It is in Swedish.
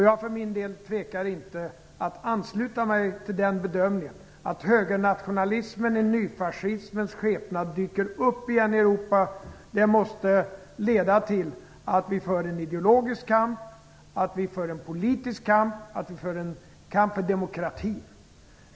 Jag för min del tvekar inte när det gäller att ansluta mig till bedömningen att när högernationalismen i nyfascismens skepnad dyker upp igen i Europa, så måste det leda till att vi för en ideologisk kamp, en politisk kamp och en kamp för demokratin.